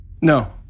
No